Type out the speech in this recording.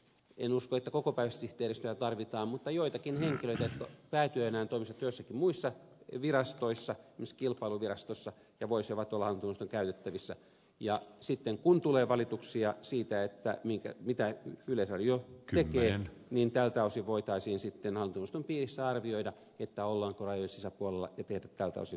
en usko että kokopäiväistä sihteeristöä tarvitaan mutta joitakin henkilöitä jotka päätyönään toimisivat joissakin muissa virastoissa esimerkiksi kilpailuvirastossa ja voisivat olla hallintoneuvoston käytettävissä ja sitten kun tulee valituksia siitä mitä yleisradio tekee niin tältä osin voitaisiin sitten hallintoneuvoston piirissä arvioida ollaanko rajojen sisäpuolella ja tehdä tältä osin perusteltuja päätöksiä